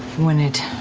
when it